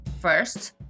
First